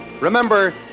Remember